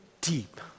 deep